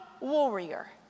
warrior